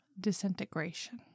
Disintegration